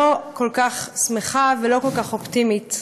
לא כל כך שמחה ולא כל כך אופטימית.